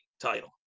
title